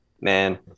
man